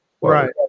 right